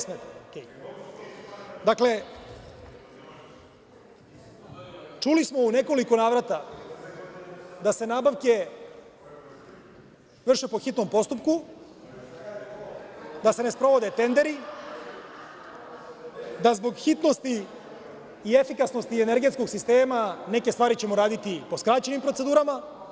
Dakle, čuli smo u nekoliko navrata da se nabavke vrše po hitnom postupku, da se ne sprovode tenderi, da zbog hitnosti i efikasnosti energetskog sistema neke stvari ćemo raditi po skraćenim procedurama.